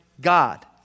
God